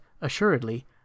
assuredly